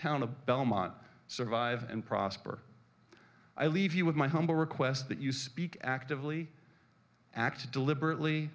town of belmont survive and prosper i leave you with my humble request that you speak actively act deliberately